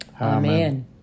Amen